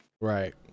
right